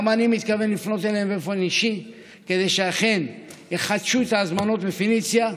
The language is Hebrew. גם אני מתכוון לפנות אליהם באופן אישי כדי שאכן יחדשו הזמנות מפניציה.